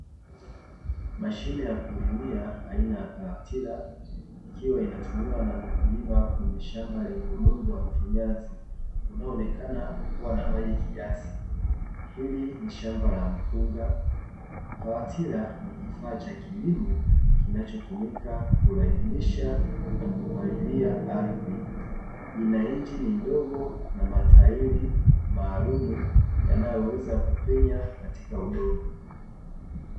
Mashine ya kulimia aina ya palatila, ikiwa inatumiwa na mkulima kwenye shamba lenye udongo wa mfinyazi unaonekana kuwa na maji kiasi. Hili ni shamba la mpunga, palatila ni kifaa cha kilimo kinachotumika kulainisha na kupalilia ardhi, ina injini ndogo na matairi maalumu yanayoweza kupenye katika udongo.